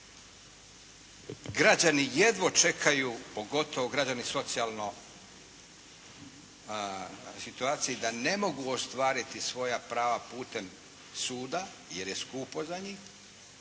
Građani jedva čekaju, pogotovo građani u socijalnoj situaciji da ne mogu ostvariti svoja prava putem suda, jer je skupo za njih,